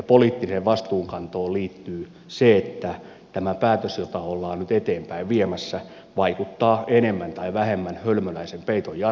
poliittiseen vastuunkantoon liittyy se että tämä päätös jota ollaan nyt eteenpäin viemässä vaikuttaa enemmän tai vähemmän hölmöläisen peiton jatkamiselta